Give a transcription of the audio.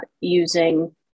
using